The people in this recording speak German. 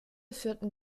führten